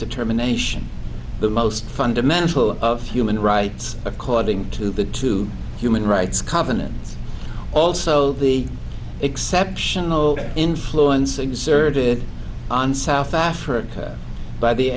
determination the most fundamental of human rights according to the two human rights covenants also the exceptional influence exerted on south africa by the